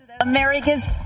America's